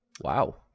Wow